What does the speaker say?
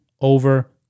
over